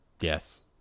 Yes